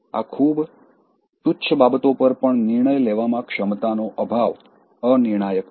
આ ખૂબ તુચ્છ બાબતો પર પણ નિર્ણય લેવામાં ક્ષમતા નો અભાવ અનિર્ણાયકતા છે